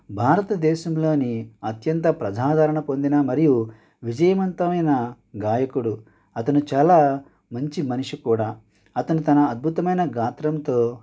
భారత దేశంలోని అత్యంత ప్రజాదారణ పొందిన మరియు విజయవంతమైన గాయకుడు అతను చాలా మంచి మనిషి కూడా అతను తన అద్భుతమైన గాత్రంతో